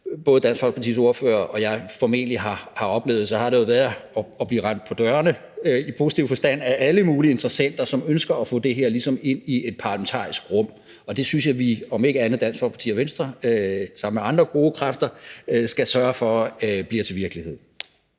både Dansk Folkepartis ordfører og jeg formentlig har oplevet, er vi jo blevet rendt på dørene i positiv forstand af alle mulige interessenter, som ligesom ønsker at få det her ind i et parlamentarisk rum. Det synes jeg vi – om ikke andet Dansk Folkeparti og Venstre sammen med andre gode kræfter – skal sørge for bliver til virkelighed.